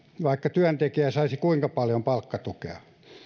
vaikka työntekijä saisi kuinka paljon palkkatukea